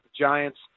Giants